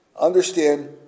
understand